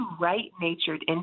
right-natured